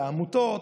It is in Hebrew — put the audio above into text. לעמותות,